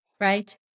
right